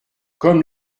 comme